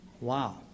Wow